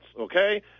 okay